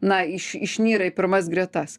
na iš išnyra į pirmas gretas